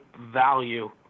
value